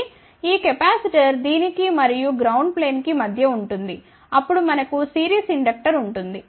కాబట్టి ఈ కెపాసిటర్ దీనికి మరియు గ్రౌండ్ ప్లేన్ కి మధ్య ఉంటుంది అప్పుడు మనకు సిరీస్ ఇండక్టర్ ఉంటుంది